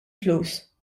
flus